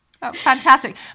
Fantastic